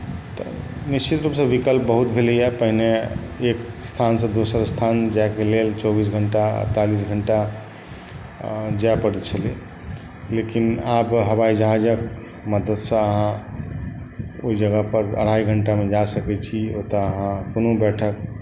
तऽ निश्चित रूपसँ विकल्प बहुत भेलैए पहिने एक स्थानसँ दोसर स्थान जाएकेँ लेल चौबीस घण्टा अड़तालीस घण्टा जाय पड़ैत छलै लेकिन आब हवाइ जहाजक मदतिसँ अहाँ ओहि जगहपर अढ़ाइ घण्टामे जा सकैत छी ओतय अहाँ कोनो बैठक